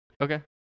Okay